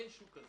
אין שוק כזה.